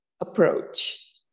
approach